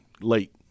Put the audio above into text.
late